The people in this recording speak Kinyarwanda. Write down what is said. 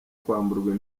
kwamburwa